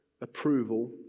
approval